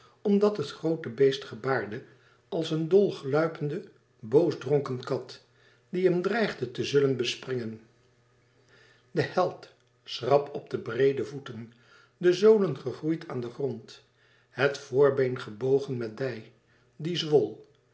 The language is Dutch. omdat het groote beest gebaarde als een dol gluipende boosdronken kat die hem dreigde te zullen bespringen de held schrap op de breede voeten de zolen gegroeid aan den grond het voorbeen gebogen met dij die zwol